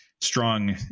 strong